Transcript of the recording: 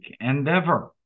endeavor